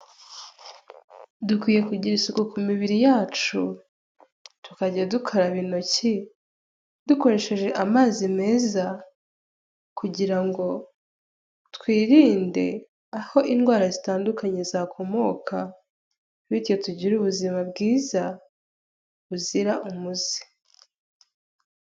Dukwiye kugira isuku ku mibiri yacu tukajya dukaraba intoki dukoresheje amazi meza, kugira ngo twirinde aho indwara zitandukanye zakomoka, bityo tugire ubuzima bwiza buzira umuze.